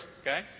Okay